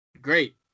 great